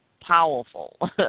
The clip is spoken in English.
powerful